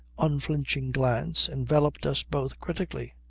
unflinching glance enveloped us both critically.